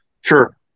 sure